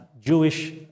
Jewish